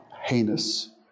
heinous